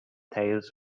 tales